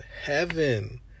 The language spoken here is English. heaven